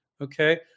Okay